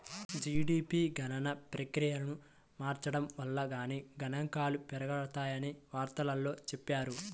GDP గణన ప్రక్రియను మార్చడం వల్ల దాని గణాంకాలు పెరిగాయని వార్తల్లో చెప్పారు